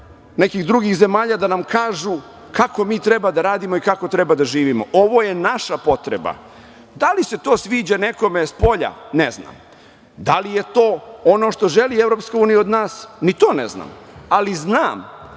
nekih drugih zemalja da nam kažu kako treba da radimo i kako treba da živimo? Ovo je naša potreba. Da li se to sviđa nekome spolja, ne znam. Da li je to ono što želi EU od nas, ni to ne znam, ali znam